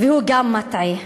והוא גם מטעה.